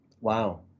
Wow